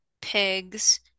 pigs